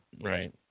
Right